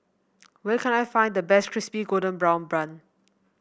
where can I find the best Crispy Golden Brown Bun